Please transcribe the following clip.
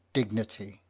dignity.